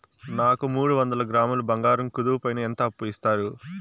నాకు మూడు వందల గ్రాములు బంగారం కుదువు పైన ఎంత అప్పు ఇస్తారు?